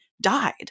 died